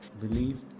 Believe